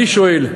אני שואל,